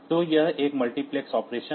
तो यह एक मल्टीप्लेक्स ऑपरेशन है